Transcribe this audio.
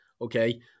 okay